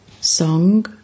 Song